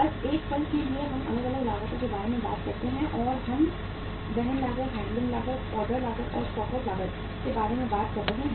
बस एक पल के लिए हम अलग अलग लागतों के बारे में बात करते हैं और हम वहन लागत हैंडलिंग लागत ऑर्डर लागत और स्टॉक आउट लागत के बारे में बात कर रहे हैं